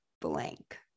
blank